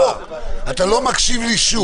אתה לא מקשיב לי שוב.